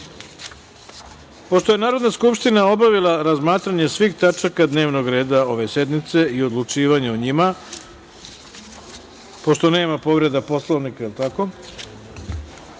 radu. Pošto je Narodna skupština obavila razmatranje svih tačaka dnevnog reda ove sednice i odlučivanje o njima, pošto nema povreda Poslovnika, saglasno